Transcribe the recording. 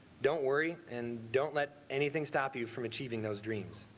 don't worry and don't let anything stop you from achieving those dreams.